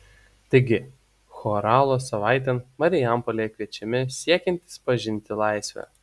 taigi choralo savaitėn marijampolėje kviečiami siekiantys pažinti laisvę